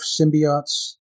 symbiotes